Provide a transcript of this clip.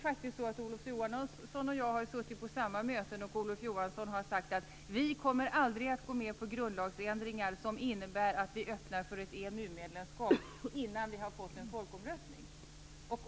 Han och jag har suttit på samma möten, där Olof Johansson har sagt: Vi kommer aldrig att gå med grundlagsändringar som innebär att vi öppnar för ett EMU-medlemskap innan vi har fått ett folkomröstning.